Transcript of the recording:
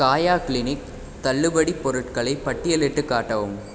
காயா க்ளீனிக் தள்ளுபடிப் பொருட்களை பட்டியலிட்டுக் காட்டவும்